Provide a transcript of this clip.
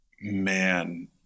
Man